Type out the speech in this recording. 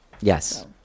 Yes